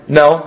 no